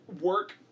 work